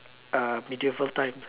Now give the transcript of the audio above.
uh Medieval times lah